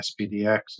SPDX